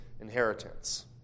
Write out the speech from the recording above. inheritance